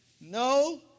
No